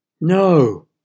No